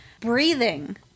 breathing